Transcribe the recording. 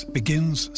begins